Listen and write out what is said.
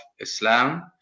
Islam